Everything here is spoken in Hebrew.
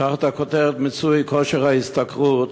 תחת הכותרת מיצוי כושר ההשתכרות,